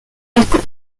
cooke